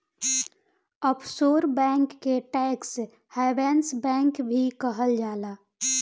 offshore bank के tax havens bank भी कहल जाला